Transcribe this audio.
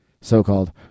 So-called